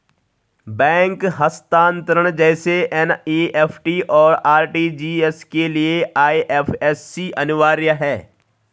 bank हस्तांतरण जैसे NEFT, और आर.टी.जी.एस के लिए आई.एफ.एस.सी अनिवार्य है